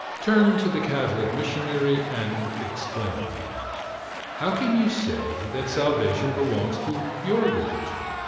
turned to the catholic missionary and exclaimed how can you say that salvation belongs to your religion?